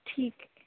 ٹھیک